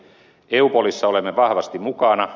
eupolissa olemme vahvasti mukana